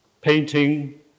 Painting